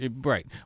Right